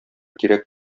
кирәк